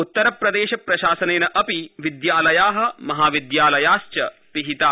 उत्तस्प्रदेश प्रशासनेन अपि विद्यालया महाविद्यालयाश्च विहिता